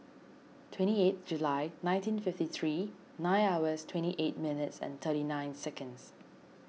twenty eight July nineteen fifty three nine hours twenty eight minutes and thirty nine seconds